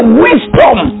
wisdom